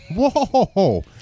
Whoa